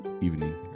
evening